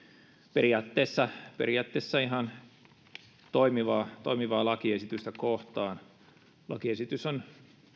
periaatteessa periaatteessa ihan toimivaa toimivaa lakiesitystä kohtaan tämä on